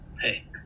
Hey